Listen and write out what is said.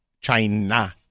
China